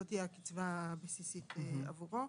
זאת תהיה הקצבה הבסיסית עבורו,